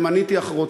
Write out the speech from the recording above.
ומניתי אחרות.